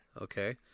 Okay